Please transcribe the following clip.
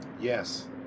Yes